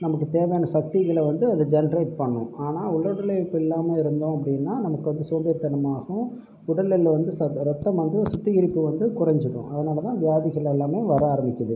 நமக்கு தேவையான சக்திகளை வந்து அது ஜென்ரேட் பண்ணும் ஆனால் உடல் உழைப்பு இல்லாமல் இருந்தோம் அப்படின்னா நம்மளுக்கு வந்து சோம்பேறித்தனமாகும் உடலிலுள்ள வந்து ரத்தம் வந்து சுத்திகரிப்பு வந்து குறைஞ்சுடும் அதனால்தான் வியாதிகளெல்லாமே வர ஆரம்பிக்குது